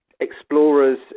explorers